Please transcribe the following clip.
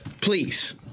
please